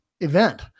event